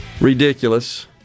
ridiculous